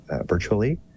virtually